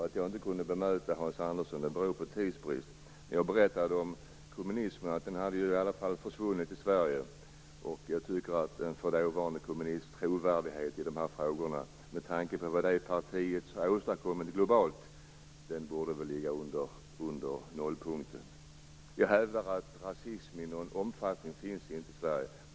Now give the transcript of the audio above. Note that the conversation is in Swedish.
Att jag inte kunde bemöta Hans Andersson berodde på tidsbrist. Jag berättade att kommunismen i alla fall hade försvunnit i Sverige. Jag tycker att en f.d. kommunists trovärdighet i de här frågorna, med tanke på vad det partiet har åstadkommit globalt, borde ligga under nollpunkten. Jag hävdar att rasism i någon större omfattning inte finns i Sverige.